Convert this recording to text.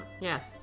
Yes